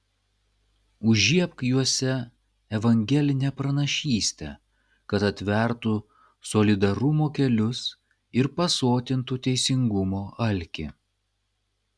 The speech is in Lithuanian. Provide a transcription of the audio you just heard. užžiebk juose evangelinę pranašystę kad atvertų solidarumo kelius ir pasotintų teisingumo alkį